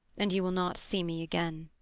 and you will not see me again.